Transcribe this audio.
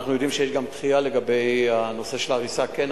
אנחנו יודעים שיש גם דחייה לגבי הנושא של הריסה כן,